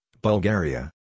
Bulgaria